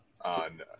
on